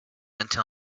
until